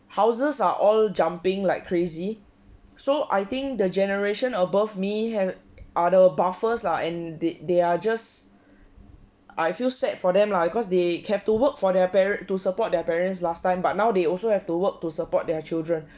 houses are all jumping like crazy so I think the generation above me have other buffers lah and the they are just I feel sad for them lah cause they have to work for their parents to support their parents last time but now they also have to work to support their children